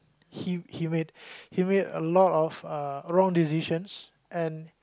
he he made he made a lot of uh wrong decisions and